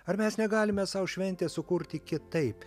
ar mes negalime sau šventės sukurti kitaip